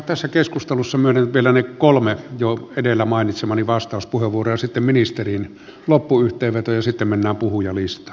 tässä keskustelussa myönnän vielä ne kolme jo edellä mainitsemaani vastauspuheenvuoroa ja sitten ministerin loppuyhteenveto ja sitten mennään puhujalistaan